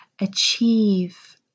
achieve